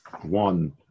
One